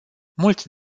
mulți